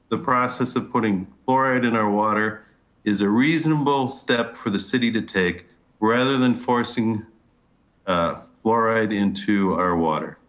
the process of putting fluoride in our water is a reasonable step for the city to take rather than forcing a fluoride into our water.